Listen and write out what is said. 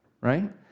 right